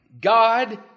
God